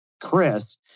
Chris